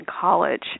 college